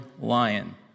lion